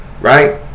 right